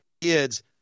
kids